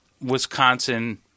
Wisconsin